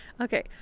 Okay